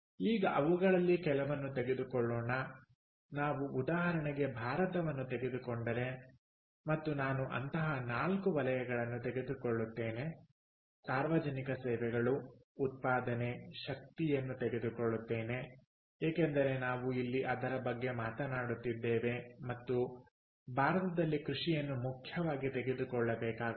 ಈಗ ಅವುಗಳಲ್ಲಿ ಕೆಲವನ್ನು ತೆಗೆದುಕೊಳ್ಳೋಣ ನಾವು ಉದಾಹರಣೆಗೆ ಭಾರತವನ್ನು ತೆಗೆದುಕೊಂಡರೆ ಮತ್ತು ನಾನು ಅಂತಹ ನಾಲ್ಕು ವಲಯಗಳನ್ನು ತೆಗೆದುಕೊಳ್ಳುತ್ತೇನೆ ಸಾರ್ವಜನಿಕ ಸೇವೆಗಳು ಉತ್ಪಾದನೆ ಶಕ್ತಿಯನ್ನು ತೆಗೆದುಕೊಳ್ಳುತ್ತೇನೆ ಏಕೆಂದರೆ ನಾವು ಇಲ್ಲಿ ಅದರ ಬಗ್ಗೆ ಮಾತನಾಡುತ್ತಿದ್ದೇವೆ ಮತ್ತು ಭಾರತದಲ್ಲಿ ಕೃಷಿಯನ್ನು ಮುಖ್ಯವಾಗಿ ತೆಗೆದುಕೊಳ್ಳಬೇಕಾಗುತ್ತದೆ